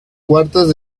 cuartos